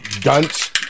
Dunce